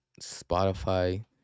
spotify